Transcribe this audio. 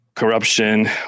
corruption